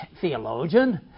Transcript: theologian